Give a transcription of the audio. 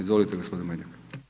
Izvolite gospodin Majdak.